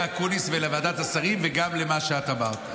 אקוניס ולוועדת השרים וגם על מה שאת אמרת.